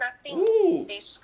ooh